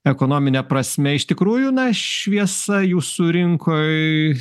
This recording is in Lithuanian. ekonomine prasme iš tikrųjų na šviesa jūsų rinkoj